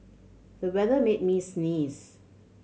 the weather made me sneeze